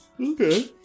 Okay